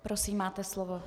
Prosím, máte slovo.